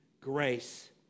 grace